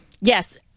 yes